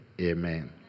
Amen